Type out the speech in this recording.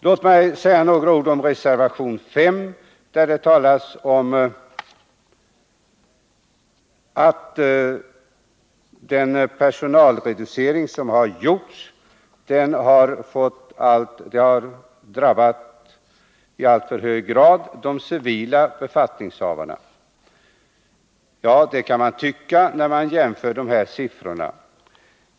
Låt mig säga några ord om reservation 5. där det talas om att den personalreducering som har gjorts i alltför hög grad har drabbat de civila befattningarna. Det kan man tycka, när man jämför siffrorna.